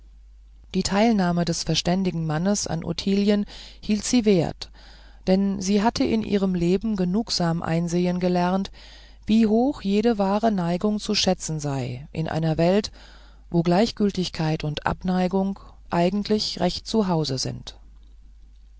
die teilnahme des verständigen mannes an ottilien hielt sie wert denn sie hatte in ihrem leben genugsam einsehen gelernt wie hoch jede wahre neigung zu schätzen sei in einer welt wo gleichgültigkeit und abneigung eigentlich recht zu hause sind